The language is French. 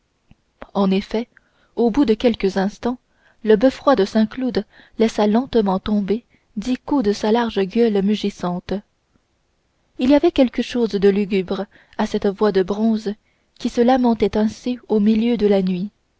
en effet au bout de quelques instants le beffroi de saint-cloud laissa lentement tomber dix coups de sa large gueule mugissante il y avait quelque chose de lugubre à cette voix de bronze qui se lamentait ainsi au milieu de la nuit